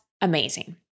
amazing